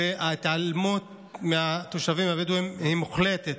וההתעלמות מהתושבים הבדואים היא מוחלטת.